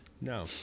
No